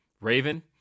raven